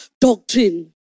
doctrine